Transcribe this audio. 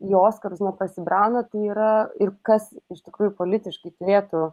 į oskarus neprasibrauna yra ir kas iš tikrųjų politiškai turėtų